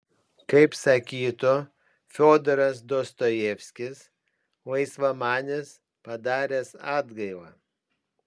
kaip sakytų fiodoras dostojevskis laisvamanis padaręs atgailą